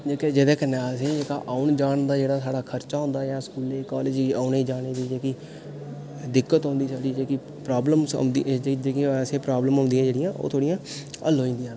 जेह्के जेह्दे कन्नै असेंगी जेह्का औन जान दा जेह्का खर्चा होंदा ऐ जेह्का स्कूलें कॉलेजें औने जाने दी जेह्की दिक्कत औंदी जेह्की प्रॉब्लमस औंदियां जेह्कियां असेंगी प्रॉब्लमस औंदियां जेह्ड़ियां ओह् थोह्ड़ियां हल्ल होई जंदियां